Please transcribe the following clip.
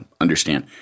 understand